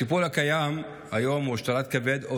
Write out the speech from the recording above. הטיפול הקיים היום הוא השתלת כבד או